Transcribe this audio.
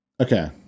Okay